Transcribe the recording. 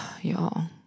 y'all